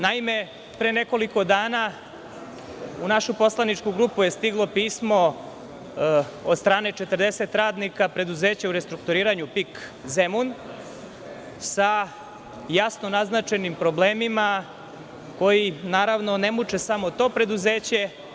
Naime, pre nekoliko dana u našu poslaničku grupu je stiglo pismo od strane 40 radnika preduzeća u restrukturiranju PIK Zemun sa jasno naznačenim problemima koji naravno ne muče samo to preduzeće.